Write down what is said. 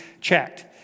checked